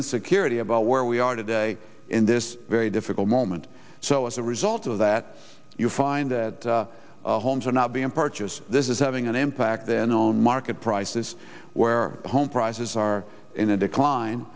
insecurity about where we are today in this very difficult moment so as a result of that you find that homes are not being purchased this is having an impact then on market prices where home prices are in a